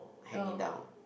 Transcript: hand me down